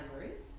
memories